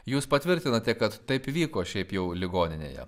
jūs patvirtinate kad taip įvyko šiaip jau ligoninėje